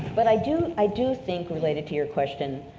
but i do, i do think related to your question,